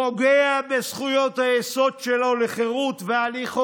פוגע בזכויות היסוד שלו לחירות ולהליך הוגן.